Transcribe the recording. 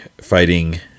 fighting